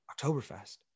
Oktoberfest